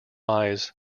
eyes